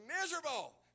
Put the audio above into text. miserable